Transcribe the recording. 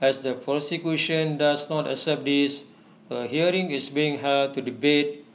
as the prosecution does not accept this A hearing is being held to debate